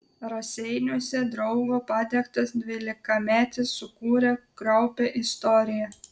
raseiniuose draugo padegtas dvylikametis sukūrė kraupią istoriją